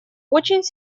очень